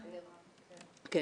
אם